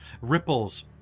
Ripples